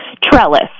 Trellis